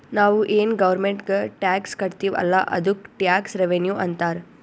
ನಾವು ಏನ್ ಗೌರ್ಮೆಂಟ್ಗ್ ಟ್ಯಾಕ್ಸ್ ಕಟ್ತಿವ್ ಅಲ್ಲ ಅದ್ದುಕ್ ಟ್ಯಾಕ್ಸ್ ರೆವಿನ್ಯೂ ಅಂತಾರ್